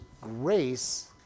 grace